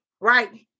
Right